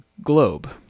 globe